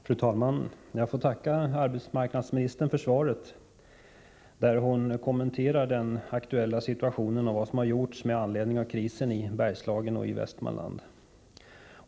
Fru talman! Jag får tacka arbetsmarknadsministern för svaret, där hon kommenterar den aktuella situationen och vad som har gjorts med anledning av krisen i Bergslagen och i Västmanland.